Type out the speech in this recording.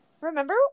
Remember